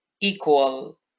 equal